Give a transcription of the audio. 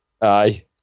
Aye